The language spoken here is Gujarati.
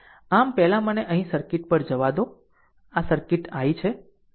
આમ પહેલા મને અહીં સર્કિટ પર જવા દો આ કરંટ i છે